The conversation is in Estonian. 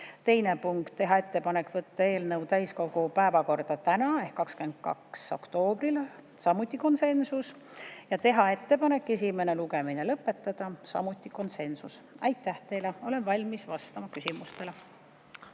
Teine punkt, teha ettepanek võtta eelnõu täiskogu päevakorda täna ehk 22. oktoobril, samuti konsensus. Ja teha ettepanek esimene lugemine lõpetada, samuti konsensus. Aitäh teile! Olen valmis vastama küsimustele.